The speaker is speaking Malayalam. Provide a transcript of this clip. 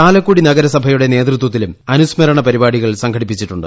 ചാലക്കുടി നഗരസഭയുടെ നേതൃത്വത്തിലും അനുസ്മരണ പരിപാടികൾ സംഘടിപ്പിച്ചിട്ടുണ്ട്